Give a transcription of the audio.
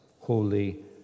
holy